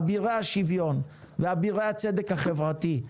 אבירי השוויון ואבירי הצדק החברתי,